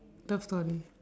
love story